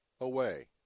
away